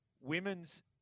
women's